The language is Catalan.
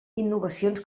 innovacions